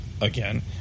again